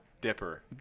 dipper